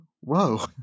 whoa